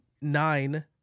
nine